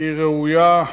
היא ראויה.